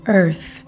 earth